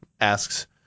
asks